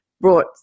brought